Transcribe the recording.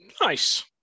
nice